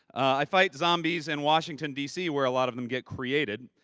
i fight zombies in washington dc, where a lot of them get created.